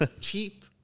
cheap